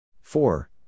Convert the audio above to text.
four